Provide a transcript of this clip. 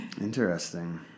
Interesting